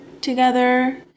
together